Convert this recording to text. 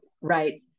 Right